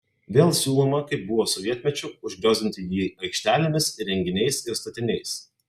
vėl siūloma kaip buvo sovietmečiu užgriozdinti jį aikštelėmis įrenginiais ir statiniais